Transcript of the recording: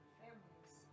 families